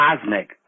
cosmic